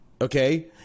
okay